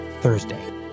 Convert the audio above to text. Thursday